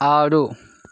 ఆడు